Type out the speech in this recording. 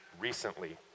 recently